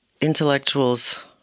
intellectuals